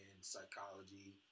psychology